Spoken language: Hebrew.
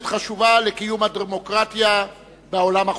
חשובה לקיום הדמוקרטיה בעולם החופשי.